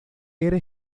era